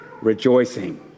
Rejoicing